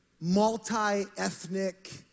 multi-ethnic